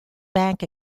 bank